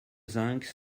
zinc